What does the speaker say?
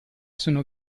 sono